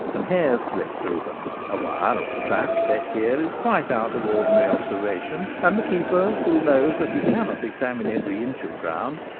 and hares slip through them. a wire or trap set here is quite out of ordinary observation and the keeper, who knows that he cannot examine every inch of ground,